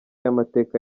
y’amateka